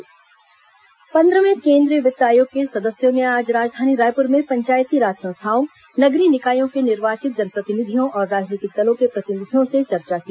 केन्द्रीय वित्त आयोग दौरा पन्द्रहवें केन्द्रीय वित्त आयोग के सदस्यों ने आज राजधानी रायपुर में पंचायती राज संस्थाओं नगरीय निकायों के निर्वाचित जनप्रतिनिधियों और राजनीतिक दलों के प्रतिनिधियों से चर्चा की